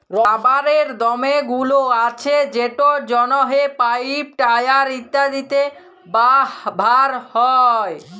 রাবারের দমে গুল্ আছে যেটর জ্যনহে পাইপ, টায়ার ইত্যাদিতে ব্যাভার হ্যয়